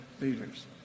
leaders